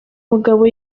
mugabo